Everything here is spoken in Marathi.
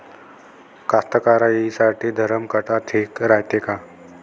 कास्तकाराइसाठी धरम काटा ठीक रायते का?